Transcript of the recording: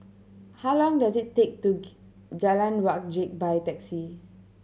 how long does it take to Jalan Wajek by taxi